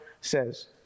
says